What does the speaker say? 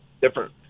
Different